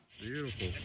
Beautiful